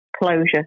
closure